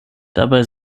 dabei